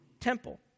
temple